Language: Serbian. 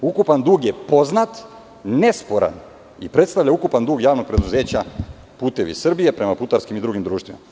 Ukupan dug je poznat, nesporan i predstavlja ukupan dug JP "Putevi Srbije", prema putarskim i drugim društvima.